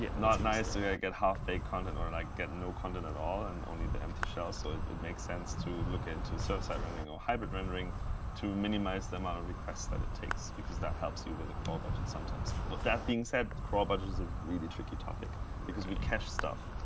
not nice to yeah get half-baked content or like get no content at all, and only the empty shell. so it makes sense to look into server side rendering or hybrid rendering to minimize the amount of requests that it takes because that helps you with the crawl budget sometimes. but that being said, crawl budget is a really tricky topic because we cache stuff.